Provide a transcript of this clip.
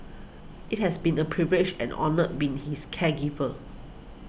it has been a privilege and honour being his caregiver